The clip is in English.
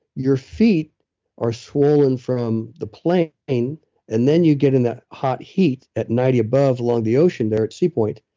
your feet are swollen from the plane, and then you get in that hot heat at ninety above along the ocean, they're at sea point,